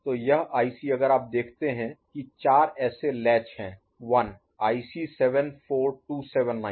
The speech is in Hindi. तो यह आईसी अगर आप देखते हैं कि 4 ऐसे लैच हैं 1 IC 74279 2 3 और 4